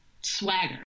swagger